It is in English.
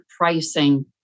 pricing